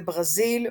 בברזיל,